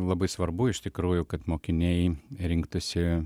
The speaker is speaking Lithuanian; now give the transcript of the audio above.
labai svarbu iš tikrųjų kad mokiniai rinktųsi